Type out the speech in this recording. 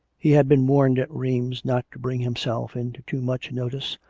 he had been warned at rheims not to bring himself into too much notice,